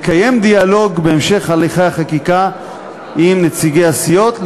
לקיים דיאלוג בהמשך הליכי החקיקה עם נציגי הסיעות,